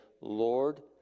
Lord